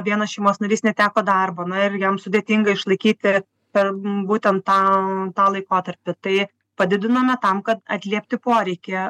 vienas šeimos narys neteko darbo na ir jam sudėtinga išlaikyti per būtent tą a tą laikotarpį tai padidinome tam kad atliepti poreikį